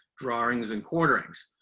drownings, and quarterings.